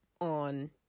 on